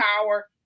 power